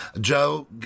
Joe